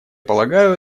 полагаю